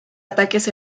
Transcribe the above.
ataques